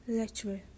lecture